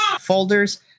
folders